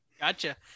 Gotcha